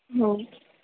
ହଉ